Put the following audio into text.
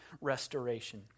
restoration